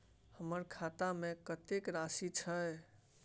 हमर खाता में कतेक राशि छै?